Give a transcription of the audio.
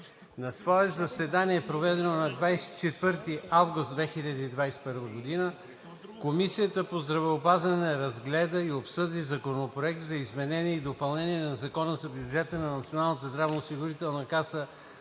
На свое заседание, проведено на 24 август 2021 г., Комисията по здравеопазването разгледа и обсъди Законопроект за изменение и допълнение на Закона за бюджета на Националната здравноосигурителна каса